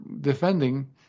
defending